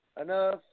Enough